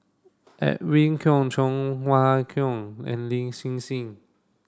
Edwin Koek Cheng Wai Keung and Lin Hsin Hsin